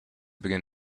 begin